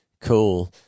cool